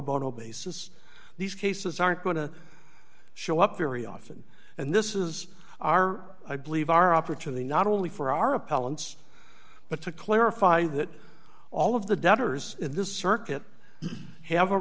bono basis these cases aren't going to show up very often and this is our i believe our opportunity not only for our appellants but to clarify that all of the doubters in this circuit have a